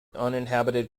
uninhabited